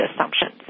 assumptions